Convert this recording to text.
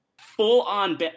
full-on